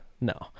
No